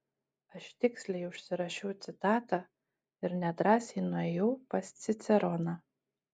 aš tiksliai užsirašiau citatą ir nedrąsiai nuėjau pas ciceroną